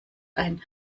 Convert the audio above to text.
ein